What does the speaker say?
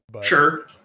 Sure